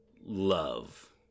love